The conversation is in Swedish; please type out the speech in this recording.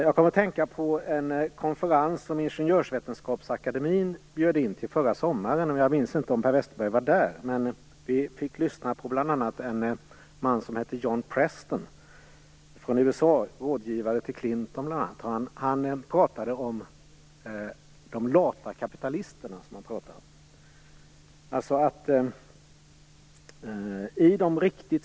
Jag kom att tänka på en konferens som Ingenjörsvetenskapsakademin bjöd in till förra sommaren. Jag minns inte om Per Westerberg var där. Vi fick bl.a. lyssna till en man som heter John Preston och bl.a. är rådgivare till Clinton. Han talade om de "lata" kapitalisterna.